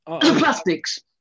Plastics